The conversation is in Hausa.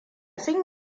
sun